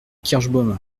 kirschbaum